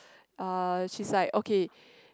uh she's like okay